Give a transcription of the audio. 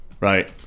Right